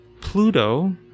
Pluto